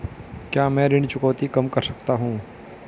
क्या मैं ऋण चुकौती कम कर सकता हूँ?